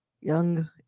Young